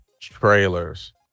trailers